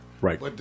Right